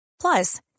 Plus